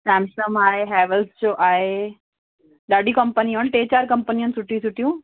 Samsung आहे Havells जो आहे ॾाढी कंपनी आहिनि टे चार कंपनी आहिनि सुठी सुठियूं